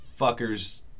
fuckers